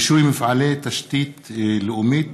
רישוי מפעלי תשתית לאומית),